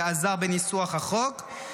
שעזר בניסוח החוק,